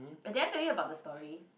eh did I told you about the story